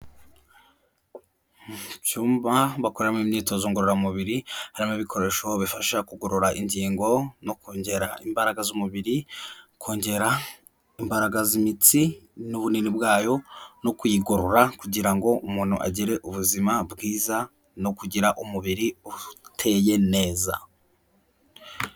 Icyumba bakoramo imyitozo ngororamubiri, harimo ibikoresho bifasha kugorora ingingo no kongera imbaraga z'umubiri, kongera imbaraga z'imitsi n'ubunini bwayo no kuyigorora kugira ngo umuntu agire ubuzima bwiza no kugira umubiri uteye neza.